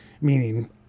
meaning